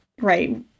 right